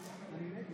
אינו נוכח